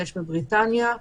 יש בבריטניה,